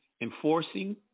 enforcing